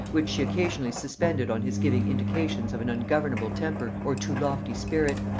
which she occasionally suspended on his giving indications of an ungovernable temper or too lofty spirit,